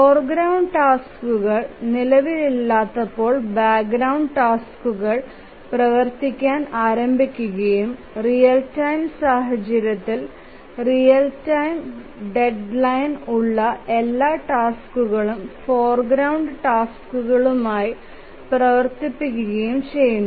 foreground ടാസ്ക്കുകൾ നിലവിലില്ലാത്തപ്പോൾ background ടാസ്ക്കുകൾ പ്രവർത്തിക്കാൻ ആരംഭിക്കുകയും റിയൽ ടൈം സാഹചര്യത്തിൽ റിയൽ ടൈം ഡെഡ്ലൈൻ ഉള്ള എല്ലാ ടാസ്ക്കുകളും ഫോർഗ്രൌണ്ട് ടാസ്ക്കുകളായി പ്രവർത്തിപ്പിക്കുകയും ചെയ്യുന്നു